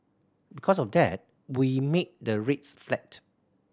because of that we made the rates flat